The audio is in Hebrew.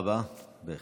תודה רבה.